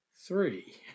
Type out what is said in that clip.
three